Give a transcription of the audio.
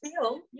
feel